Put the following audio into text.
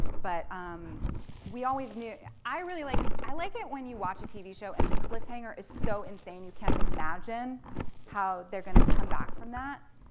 but um we always knew, i always like, i like it when you watch a tv show and the cliff hanger is so insane you can't imagine how they're gonna come back from that.